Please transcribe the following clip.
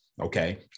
okay